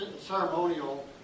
ceremonial